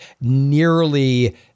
nearly